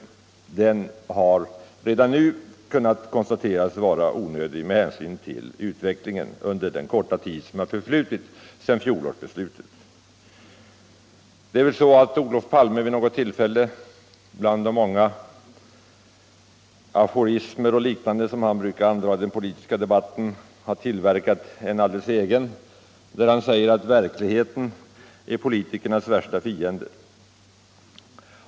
Den har redan nu kunnat konstateras vara onödig med hänsyn till utvecklingen under den korta tid som har förflutit sedan fjolårsbeslutet. Olof Palme har vid något tillfälle, bland de många aforismer och liknande som han brukar använda i den politiska debatten, tillverkat en alldeles egen, där han säger att verkligheten är politikernas värsta fiende.